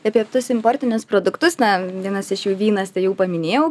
apie tuos importinius produktus na vienas iš jų vynas tai jau paminėjau